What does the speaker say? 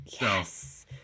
Yes